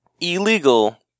illegal